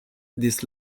this